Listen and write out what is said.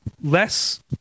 less